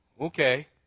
okay